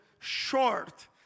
short